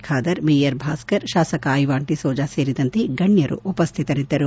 Khader mayor Bhaskar ಶಾಸಕ ಐವಾನ್ ಡಿಸೋಜಾ ಸೇರಿದಂತೆ ಗಣ್ಣರು ಉಪಸ್ವಿತರಿದ್ದರು